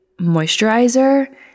moisturizer